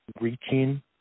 reaching